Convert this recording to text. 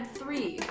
three